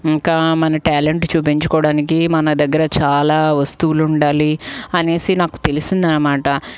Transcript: ఇంకా మన టాలెంట్ చూపించుకోవడానికి మన దగ్గర చాలా వస్తువులు ఉండాలి అనేసి నాకు తెలిసింది అనమాట